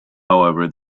however